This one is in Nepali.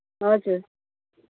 हजुर